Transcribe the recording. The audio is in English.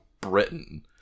Britain